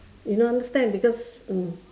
you don't understand because mm